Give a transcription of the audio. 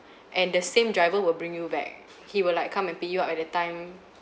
and the same driver will bring you back he will like come and pick you up at the time